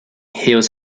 hills